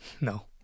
No